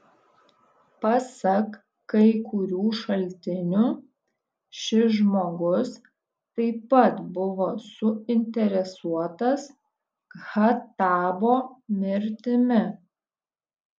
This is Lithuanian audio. pasak kai kurių šaltinių šis žmogus taip pat buvo suinteresuotas khattabo mirtimi